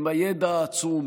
עם הידע העצום.